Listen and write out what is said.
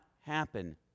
happen